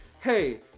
Hey